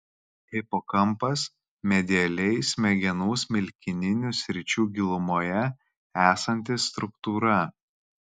hipokampas medialiai smegenų smilkininių sričių gilumoje esanti struktūra